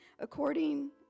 according